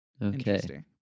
Interesting